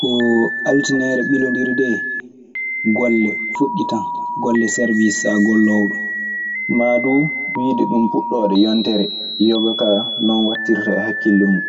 Ko altineere ɓilondiri dee, golle fiɗɗitan. Golle serwiis so a golloowo ɗun. Maa duu, wiide ɗun puɗɗoode yontere. Yoga kaa non waɗtirta e hakkille mun.